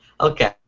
Okay